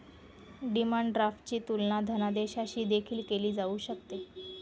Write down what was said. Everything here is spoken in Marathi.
डिमांड ड्राफ्टची तुलना धनादेशाशी देखील केली जाऊ शकते